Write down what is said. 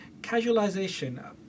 Casualization